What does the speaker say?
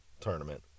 tournament